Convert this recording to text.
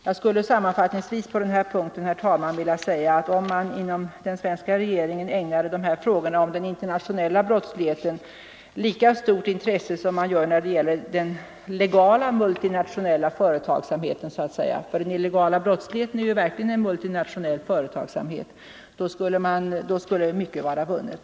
Jag skulle sammanfattningsvis på den här punkten, herr talman, vilja säga att om man inom den svenska regeringen ägnade frågorna om den internationella brottsligheten lika stort intresse som man ägnat den legala multinationella företagsamheten — den internationella brottsligheten är ju också en multinationell företagsamhet — skulle mycket vara vunnet.